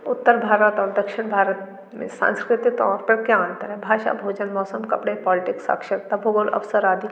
उत्तर भारत और दक्षिण भारत में सांस्कृतिक तौर पर क्या अंतर है भाषा भोजन मौसम कपड़े पौलटिक्स साक्षरता भूगोल अवसर आदि